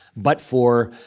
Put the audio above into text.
but for